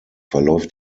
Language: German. verläuft